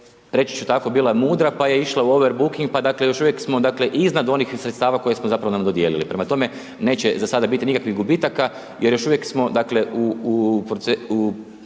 reći ću tako bila mudra pa je išla u over booking pa dakle još uvijek smo dakle iznad onih sredstava koje smo zapravo, nam dodijelili. Prema tome, neće za sada biti nikakvih gubitaka jer još uvijek smo dakle u